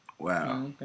Wow